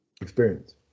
experience